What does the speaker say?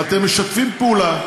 ואתם משתפים פעולה,